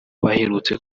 baherutse